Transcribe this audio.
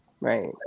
Right